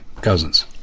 cousins